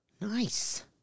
Nice